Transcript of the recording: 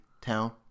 Town